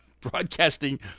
Broadcasting